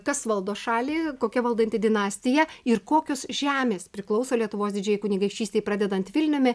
kas valdo šalį kokia valdanti dinastija ir kokios žemės priklauso lietuvos didžiajai kunigaikštystei pradedant vilniumi